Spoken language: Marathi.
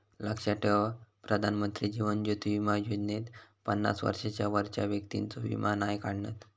लक्षात ठेवा प्रधानमंत्री जीवन ज्योति बीमा योजनेत पन्नास वर्षांच्या वरच्या व्यक्तिंचो वीमो नाय काढणत